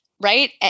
right